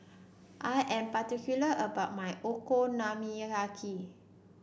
I am particular about my Okonomiyaki